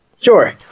sure